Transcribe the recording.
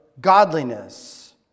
godliness